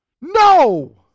No